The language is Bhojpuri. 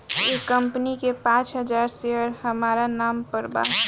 एह कंपनी के पांच हजार शेयर हामरा नाम पर बा